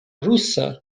rusa